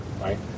right